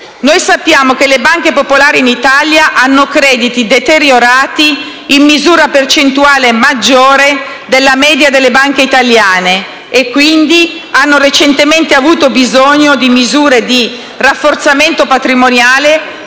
Noi sappiamo che le banche popolari in Italia hanno crediti deteriorati in misura percentuale maggiore della media delle banche italiane e, quindi, hanno recentemente avuto bisogno di misure di rafforzamento patrimoniale,